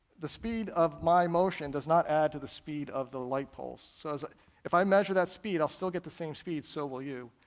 the speed of my motion does not add to the speed of the light pulse. so if i measure that speed, i'll still get the same speed, so will you.